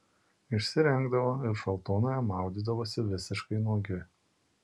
išsirengdavo ir šaltuonoje maudydavosi visiškai nuogi